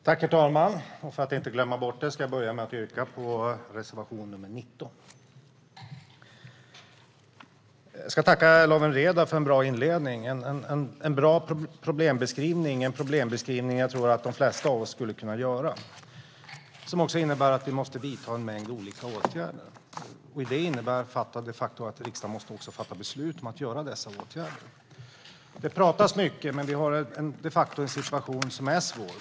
Herr talman! För att inte glömma bort det vill jag börja med att yrka bifall till reservation nr 19. Låt mig tacka Lawen Redar för en bra inledning. Hon gav en bra problembeskrivning, som jag tror att de flesta av oss kan hålla med om. Den innebär att vi behöver vidta en mängd olika åtgärder. I detta ligger att riksdagen också måste fatta beslut om att vidta dessa åtgärder. Det pratas mycket, men vi har de facto en situation som är svår.